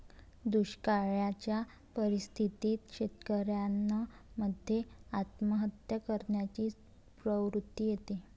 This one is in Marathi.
दुष्काळयाच्या परिस्थितीत शेतकऱ्यान मध्ये आत्महत्या करण्याची प्रवृत्ति येते